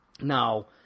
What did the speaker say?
Now